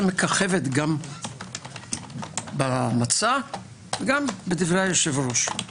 שמככבת במצע ובדברי היושב-ראש.